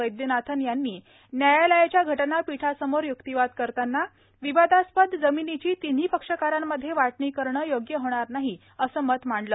वैद्यनाथन यांनी न्यायालयाच्या घटनापीठासमोर य्क्तिवाद करताना विवादास्पद जमिनीची तिन्ही पक्षकारांमध्ये वाटणी करणं योग्य होणार नाही असं मत मांडलं